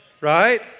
right